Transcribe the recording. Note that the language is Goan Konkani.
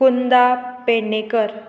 कुंदा पेडणेकर